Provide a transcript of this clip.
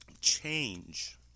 change